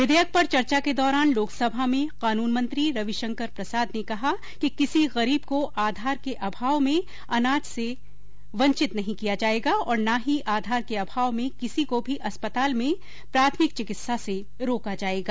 विधेयक पर चर्चा के दौरान लोकसभा में कानून मंत्री रविशंकर प्रसाद ने कहा कि किसी गरीब को आधार के आभाव में अनाज से वंचित नहीं किया जाएगा और ना ही आधार के आभाव में किसी को भी अस्पताल में प्राथमिक चिकित्सा से रोका जाएगा